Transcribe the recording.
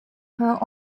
her